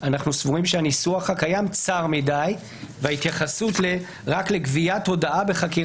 אנחנו סבורים שהניסוח הקיים צר מדי וההתייחסות רק לגביית הודעה בחקירה